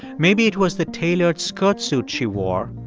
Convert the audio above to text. maybe it was the tailored skirt suit she wore,